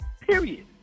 Period